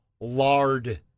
Lard